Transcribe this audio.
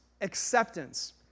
acceptance